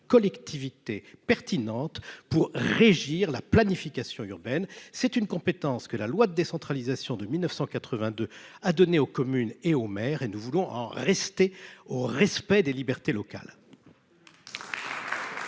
collectivité pertinentes pour régir la planification urbaine c'est une compétence que la loi de décentralisation de 1982 à donner aux communes et aux maires et nous voulons en rester au respect des libertés locales.